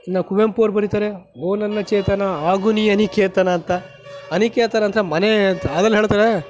ಇನ್ನು ಕುವೆಂಪು ಅವರು ಬರೀತಾರೆ ಓ ನನ್ನ ಚೇತನ ಆಗು ನೀ ಅನಿಕೇತನ ಅಂತ ಅನಿಕೇತನ ಅಂತ ಮನೆ ಅಂತ ಅದ್ರಲ್ಲಿ ಹೇಳ್ತಾರೆ